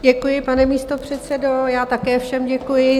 Děkuji, pane místopředsedo, já také všem děkuji.